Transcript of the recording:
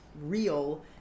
real